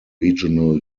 regional